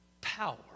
power